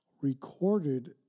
recorded